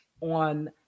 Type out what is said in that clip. on